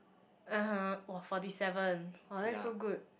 (aha) !woah! forty seven !wah! that's so good